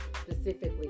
specifically